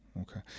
okay